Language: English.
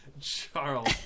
Charles